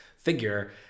figure